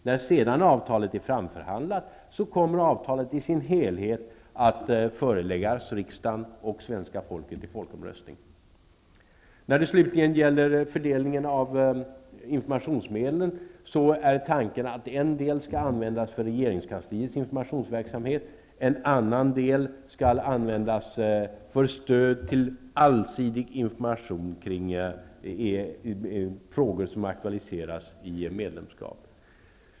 När sedan avtalet är framförhandlat kommer avtalet i sin helhet att föreläggas riksdagen och svenska folket i folkomröstning. När det slutligen gäller fördelningen av informationsmedlen är tanken att en del skall användas för regeringskansliets informationsverksamhet. En annan del skall användas för stöd till allsidig information kring frågor som aktualiseras vid ett medlemskap.